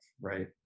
right